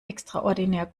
extraordinär